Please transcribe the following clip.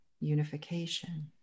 unification